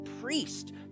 priest